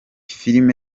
film